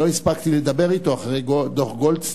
לא הספקתי לדבר אתו אחרי דוח-גולדסטון.